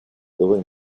building